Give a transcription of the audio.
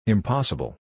Impossible